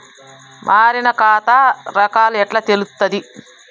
మారిన ఖాతా రకాలు ఎట్లా తెలుత్తది?